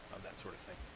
that sort of thing.